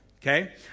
Okay